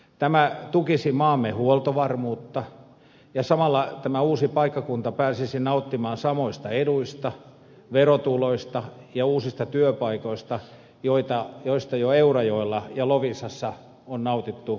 tämä tukisi maamme huoltovarmuutta ja samalla tämä uusi paikkakunta pääsisi nauttimaan samoista eduista verotuloista ja uusista työpaikoista joistaeurajoella ja loviisassa on nautittu jo pitkäänkin